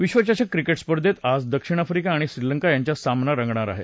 विश्वचषक क्रिके स्पर्धेत आज दक्षिण आफ्रिका आणि श्रीलंका यांच्यात सामना होणार आहे